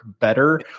better